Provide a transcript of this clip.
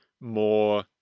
more